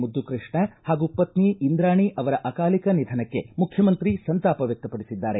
ಮುದ್ದುಕೃಷ್ಣ ಹಾಗೂ ಪತ್ನಿ ಇಂದ್ರಾಣಿ ಅವರ ಅಕಾಲಿಕ ನಿಧನಕ್ಕೆ ಮುಖ್ಯಮಂತ್ರಿ ಸಂತಾಪ ವ್ಯಕ್ತಪಡಿಸಿದ್ದಾರೆ